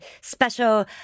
special